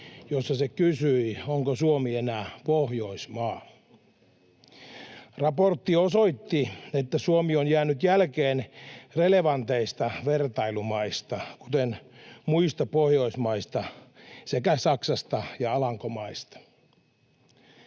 jossa se kysyi, onko Suomi enää Pohjoismaa. Raportti osoitti, että Suomi on jäänyt jälkeen relevanteista vertailumaista, kuten muista Pohjoismaista sekä Saksasta ja Alankomaista.